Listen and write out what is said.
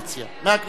מהכנסת הבאה.